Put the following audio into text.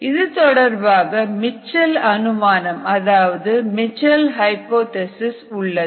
இதுதொடர்பாக மிச்செல் அனுமானம் அதாவது மிச்சல் ஹைபோதேசிஸ் Mitchell's hypothesis உள்ளது